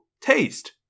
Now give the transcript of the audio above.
taste